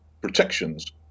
protections